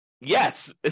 yes